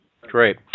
Great